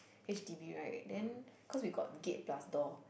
H_D_B right then cause we got gate pass door